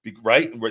Right